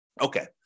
Okay